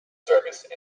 service